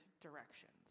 directions